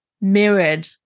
mirrored